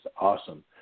awesome